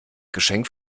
geschenk